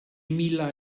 mila